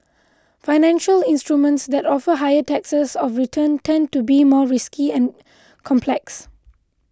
financial instruments that offer higher rates of return tend to be more risky and complex